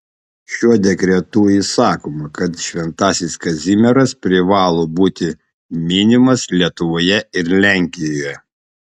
šiuo dekretu įsakoma kad šventasis kazimieras privalo būti minimas lietuvoje ir lenkijoje